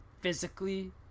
physically